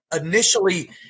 initially